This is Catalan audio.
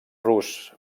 rus